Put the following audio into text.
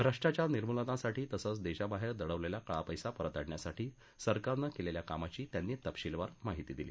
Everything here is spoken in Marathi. भ्रष्टाचार निर्मुलनासाठी तसंच देशाबाहेर दडवलेला काळा पैसा परत आणण्यासाठी सरकारनं केलेल्या कामाची त्यांनी तपशीलवार माहिती दिली